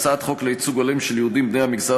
הצעת חוק לייצוג הולם של יהודים בני המגזר